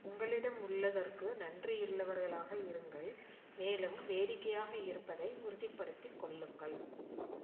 உங்களிடம் உள்ளதற்கு நன்றியுள்ளவர்களாக இருங்கள் மேலும் வேடிக்கையாக இருப்பதை உறுதிப்படுத்திக் கொள்ளுங்கள்